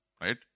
Right